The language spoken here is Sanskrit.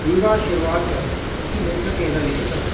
विवा शिर्वाड्कर् इति लेखकेन लिखितं